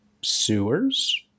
sewers